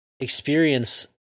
experience